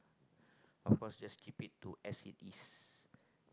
of course just keep it to as it is